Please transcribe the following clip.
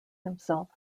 himself